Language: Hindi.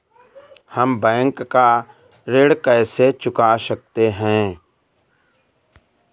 हम बैंक का ऋण कैसे चुका सकते हैं?